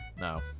No